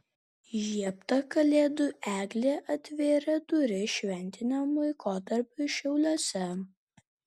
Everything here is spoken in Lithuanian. įžiebta kalėdų eglė atvėrė duris šventiniam laikotarpiui šiauliuose